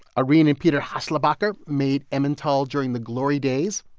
areen and peter haslebacher made emmental during the glory days.